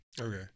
okay